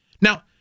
Now